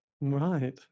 Right